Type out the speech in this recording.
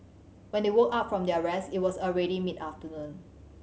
when they woke up from their rest it was already mid afternoon